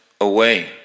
away